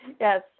yes